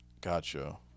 Gotcha